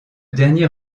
dernier